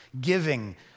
giving